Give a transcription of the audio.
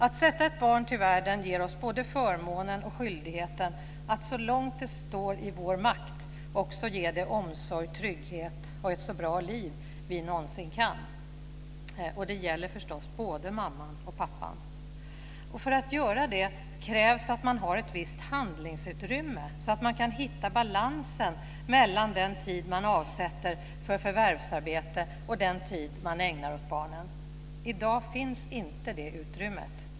Att sätta ett barn till världen ger oss både förmånen och skyldigheten att så långt det står i vår makt också ge det omsorg, trygghet och ett så bra liv vi någonsin kan. Det gäller förstås både mamman och pappan. För att göra det krävs att man har ett visst handlingsutrymme så att man kan hitta balansen mellan den tid man avsätter för förvärvsarbete och den tid man ägnar åt barnen. I dag finns inte det utrymmet.